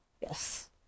Yes